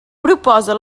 proposa